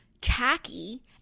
tacky